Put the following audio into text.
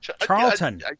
Charlton